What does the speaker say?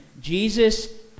Jesus